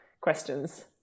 questions